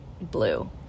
blue